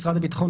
משרד הביטחון,